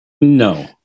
No